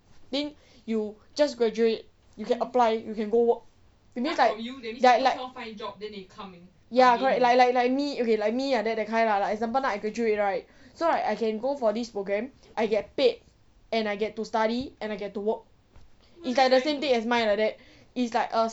then you just graduate you can apply you can go work that means like like like like me okay like me like that that kind lah for example like I graduate right so I can go for this program I get paid and I get to study and I get to work it's like the same thing as mine like it's like a